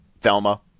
Thelma